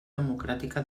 democràtica